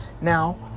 Now